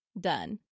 done